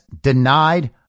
denied